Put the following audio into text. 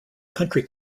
country